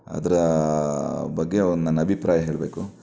ಅದರ ಬಗ್ಗೆ ಒಂದು ನನ್ನ ಅಭಿಪ್ರಾಯ ಹೇಳಬೇಕು